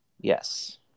Yes